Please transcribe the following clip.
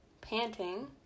panting